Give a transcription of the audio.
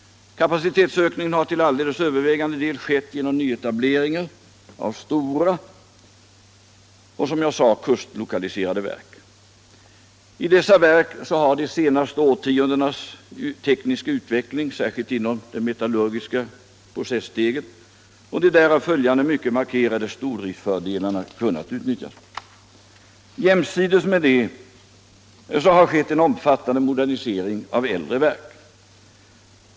Kapacitetsökningen har till alldeles övervägande del skett genom nyetableringar av stora och, som jag sade, kustlokaliserade verk. I dessa verk har de senaste årtiondenas tekniska utveckling, särskilt inom det metallurgiska processteget, och de därav följande mycket markerade stordriftsfördelarna kunnat utnyttjas. Jämsides med detta har det skett en omfattande modernisering av äldre verk.